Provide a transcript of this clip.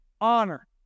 Honor